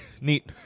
Neat